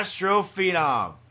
astrophenom